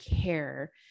care